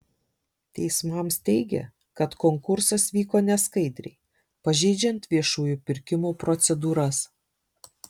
teismams teigė kad konkursas vyko neskaidriai pažeidžiant viešųjų pirkimų procedūras